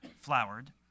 flowered